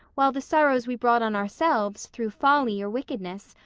while the sorrows we brought on ourselves, through folly or wickedness,